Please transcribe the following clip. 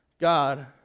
God